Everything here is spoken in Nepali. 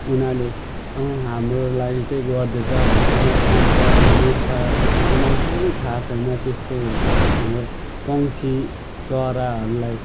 उनीहरूले अँ हाम्रो लागि चाहिँ गरिदिएछ भने उनीहरू अनपढ मुर्ख उनीहरूलाई केही थाह छैन त्यस्तो हाम्रो पक्षी चराहरूलाई